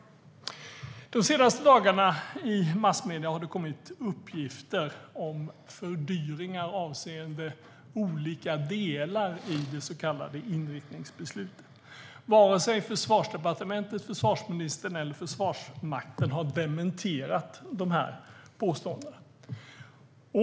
Under de senaste dagarna har det i massmedierna förekommit uppgifter om fördyringar avseende olika delar av det så kallade inriktningsbeslutet. Vare sig Försvarsdepartementet, försvarsministern eller Försvarsmakten har dementerat dessa påståenden.